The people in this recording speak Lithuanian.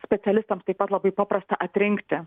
specialistams taip pat labai paprasta atrinkti